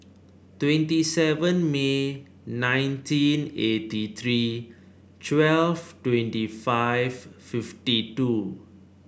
twenty seven May nineteen eighty three twelve twenty five fifty two